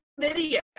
video